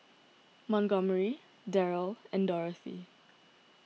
Montgomery Deryl and Dorothy